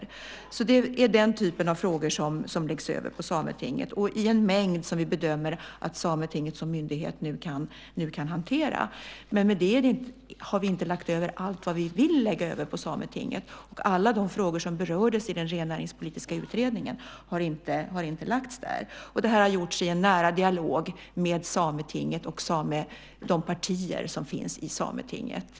Det är alltså den typen av frågor som läggs över på Sametinget, i en mängd som vi bedömer att Sametinget som myndighet nu kan hantera. Men i och med det har vi inte lagt över allt vad vi vill lägga över på Sametinget. Alla de frågor som berördes i den rennäringspolitiska utredningen har inte lagts där. Det här har gjorts i nära dialog med Sametinget och de partier som finns i Sametinget.